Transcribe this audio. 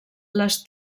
les